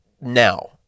Now